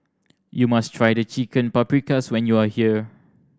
you must try The Chicken Paprikas when you are here